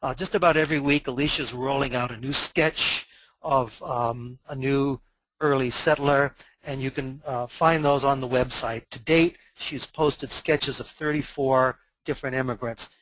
ah just about every week alicia is rolling out a new sketch of a new early settler and you can find those on the website. to date, she's posted sketches of thirty four different immigrants.